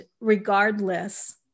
regardless